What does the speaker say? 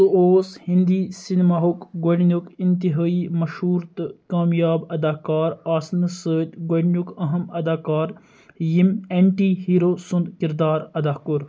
سُہ اوس ہینٛدی سیٚنِماہُک گۄڈنیُک اِنتِہٲیی مشہوٗر تہٕ کامیاب اَداکار آسنَس سٍتی گۄڈنیُک اَہم اَداکار یٔمۍ ایٚنٹی ہیٖروٗ سُنٛد کِردار اَدا کوٚر